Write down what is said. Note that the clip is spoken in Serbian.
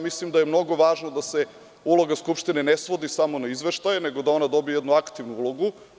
Mislim da je mnogo važno da se uloga Skupštine ne svodi samo na izveštaje nego da ona dobije jednu aktivnu ulogu.